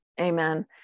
amen